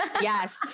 Yes